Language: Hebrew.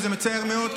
וזה מצער מאוד,